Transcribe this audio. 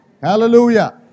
Hallelujah